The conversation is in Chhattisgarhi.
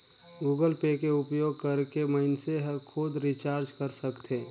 गुगल पे के उपयोग करके मइनसे हर खुद रिचार्ज कर सकथे